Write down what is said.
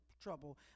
trouble